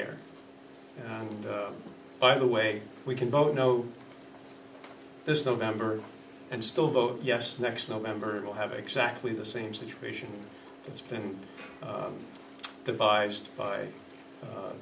air and by the way we can vote no this november and still vote yes next november it will have exactly the same situation it's been devised by